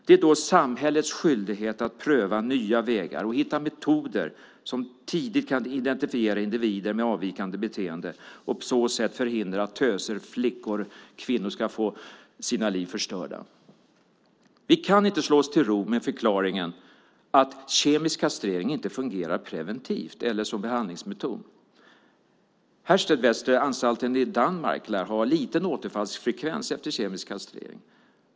Det är då samhällets skyldighet att pröva nya vägar och hitta metoder som tidigt kan identifiera individer med avvikande beteende och på så sätt förhindra att töser, flickor, kvinnor ska få sina liv förstörda. Vi kan inte slå oss till ro med förklaringen att kemisk kastrering inte fungerar preventivt eller som behandlingsmetod. Herstedvesteranstalten i Danmark lär ha liten återfallsfrekvens efter kemisk kastrering.